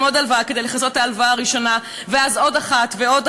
עוד הלוואה כדי לכסות את ההלוואה הראשונה,